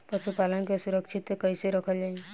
पशुपालन के सुरक्षित कैसे रखल जाई?